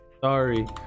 sorry